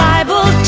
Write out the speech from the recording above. Bible